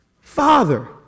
Father